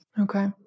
Okay